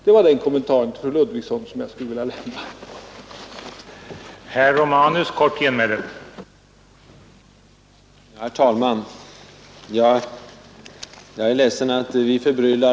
Det var den kommentar som jag skulle vilja lämna till fru Ludvigsson.